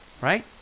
right